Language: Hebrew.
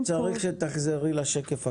אני צריך שתחזירי לשקף הקודם.